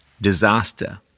disaster